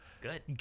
Good